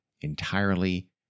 entirely